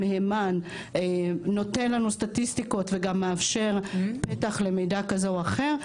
מהימן שנותן לנו סטטיסטיקות ומאפשר פתח למידה כזה או אחר,